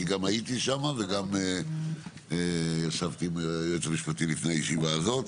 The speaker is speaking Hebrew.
כי גם הייתי שם וגם ישבתי עם היועץ המשפטי לפני הישיבה הזאת.